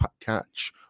catch